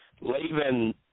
leaving